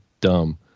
dumb